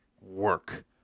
work